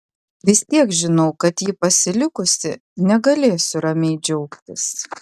vis tiek žinau kad jį pasilikusi negalėsiu ramiai džiaugtis